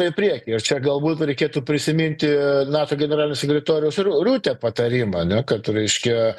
į priekį ir čia galbūt reikėtų prisiminti nato generalinio sekretoriaus ru rutė patarimą ne kartu reiškia